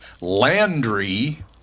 Landry